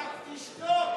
אתה תשתוק.